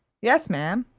yes, ma'am.